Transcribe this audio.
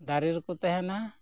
ᱫᱟᱨᱮ ᱨᱮᱠᱚ ᱛᱟᱦᱮᱸᱱᱟ